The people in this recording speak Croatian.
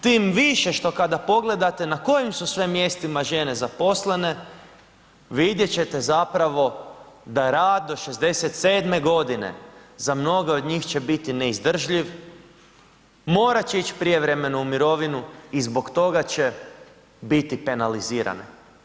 Tim više što kada pogledate na kojim su sve mjestima žene zaposlene vidjet ćete zapravo da rad do 67 godine za mnoge od njih će biti neizdrživ, morat će ići prijevremeno u mirovinu i zbog toga će biti penalizirane.